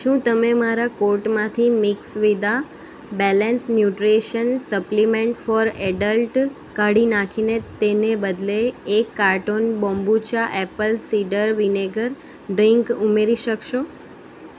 શું તમે મારા કોર્ટમાંથી મેક્સવિદા balance nutrition supplement for adult કાઢી નાંખીને તેને બદલે એક carton kombucha apple cider vinegar drink ઉમેરી શકશો